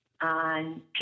on